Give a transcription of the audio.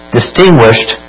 distinguished